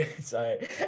sorry